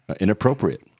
inappropriate